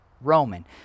Roman